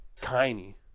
tiny